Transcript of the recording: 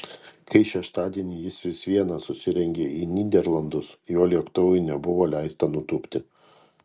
kai šeštadienį jis vis viena susirengė į nyderlandus jo lėktuvui nebuvo leista nutūpti